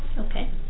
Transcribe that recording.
Okay